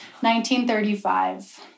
1935